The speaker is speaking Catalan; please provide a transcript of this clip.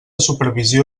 supervisió